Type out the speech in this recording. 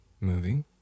movie